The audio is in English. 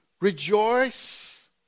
Rejoice